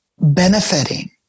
benefiting